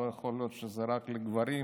לא יכול להיות שזה רק לגברים.